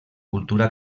cultura